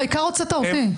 העיקר הוצאת אותי.